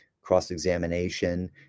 cross-examination